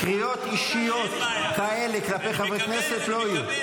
קריאות אישיות כאלה כלפי חברי כנסת לא יהיו.